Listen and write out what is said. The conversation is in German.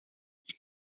die